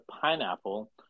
pineapple